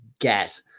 get